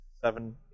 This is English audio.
seven